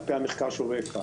על פי המחקר של אופ"א.